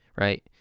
right